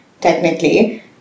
technically